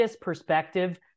perspective